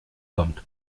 kommt